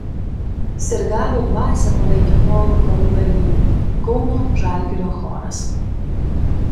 sirgalių dvasią palaikė chorų karų dalyviai kauno žalgirio choras